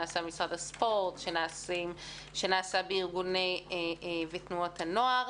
שעושה משרד הספורט ושעושים ארגוני ותנועות הנוער.